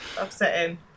upsetting